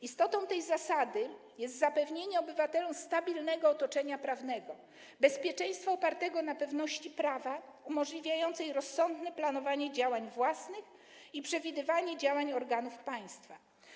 Istotą tej zasady jest zapewnienie obywatelom stabilnego otoczenia prawnego, bezpieczeństwa opartego na pewności prawa umożliwiającej rozsądne planowanie działań własnych i przewidywanie działań organów państwa.